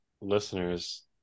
listeners